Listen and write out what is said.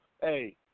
Hey